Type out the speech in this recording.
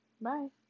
Bye